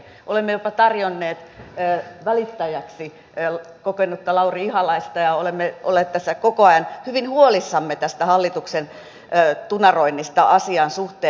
olemme jopa tarjonneet välittäjäksi kokenutta lauri ihalaista ja olemme olleet koko ajan hyvin huolissamme tästä hallituksen tunaroinnista asian suhteen